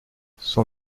son